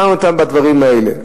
הוא יבחן אותה בדברים האלה.